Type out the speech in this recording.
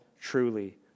truly